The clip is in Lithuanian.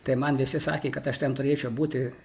tai man visi sakė kad aš ten turėčiau būti